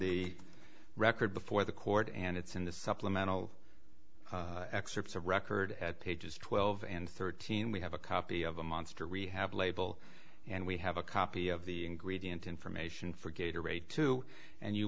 the record before the court and it's in the supplemental excerpts of record at pages twelve and thirteen we have a copy of a monster rehab label and we have a copy of the ingredient information for gator aide to and you